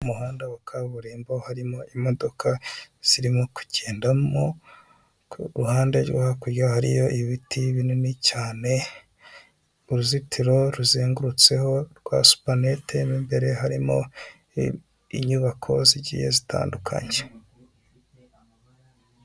Umuhanda wa kaburimbo harimo imodoka zirimo kugendamo, ku ruhande rwo hakurya hariyo ibiti binini cyane, uruzitiro ruzengurutseho rwa supanete, imbere harimo inyubako zigiye zitandukanye.